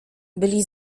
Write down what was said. byli